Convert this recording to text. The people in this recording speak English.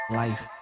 life